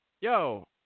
yo